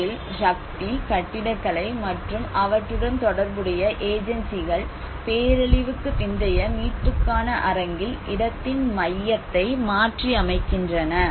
இதில் சக்தி கட்டிடக்கலை மற்றும் அவற்றுடன் தொடர்புடைய ஏஜென்சிகள் பேரழிவுக்குப் பிந்தைய மீட்புக்கான அரங்கில் இடத்தின் மையத்தை மாற்றியமைக்கின்றன